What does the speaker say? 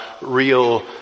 real